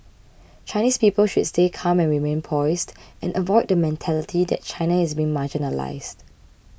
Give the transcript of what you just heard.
Chinese people should stay calm and remain poised and avoid the mentality that China is being marginalised